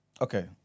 Okay